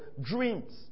dreams